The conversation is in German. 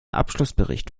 abschlussbericht